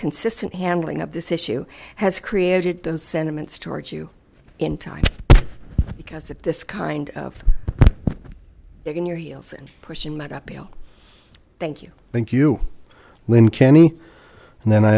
consistent handling of this issue has created those sentiments towards you in time because of this kind of in your heels in pushing that uphill thank you thank you lynn kenny and then i